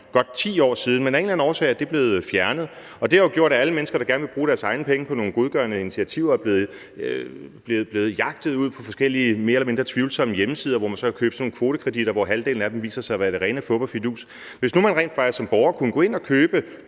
godt 10 år siden, men af en eller anden årsag er det blevet fjernet. Det har jo gjort, at alle de mennesker, der gerne vil bruge deres egne penge på nogle godgørende initiativer, er blevet jagtet ud på forskellige mere eller mindre tvivlsomme hjemmesider, hvor de så har købt sådan nogle kvotekreditter, hvor halvdelen af dem viser sig at være det rene fup og fidus. Hvis nu man rent faktisk som borger kunne gå ind og købe